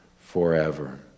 forever